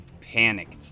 panicked